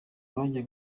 bajya